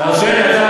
תרשה לי,